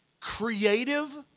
creative